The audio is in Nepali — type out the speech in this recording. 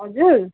हजुर